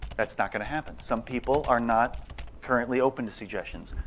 that's not going to happen. some people are not currently open to suggestions,